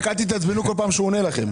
חמד, רק אל תתעצבנו כל פעם שהוא עונה לכם.